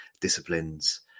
disciplines